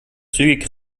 zügig